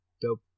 dope